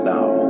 now